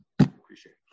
appreciate